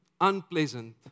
unpleasant